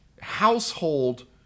household